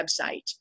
website